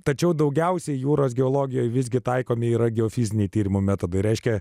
tačiau daugiausiai jūros geologijoje visgi taikomi yra geofiziniai tyrimo metodai reiškia